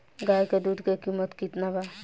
गाय के दूध के कीमत केतना बा?